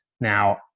Now